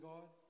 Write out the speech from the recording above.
God